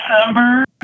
December